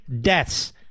deaths